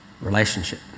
Relationship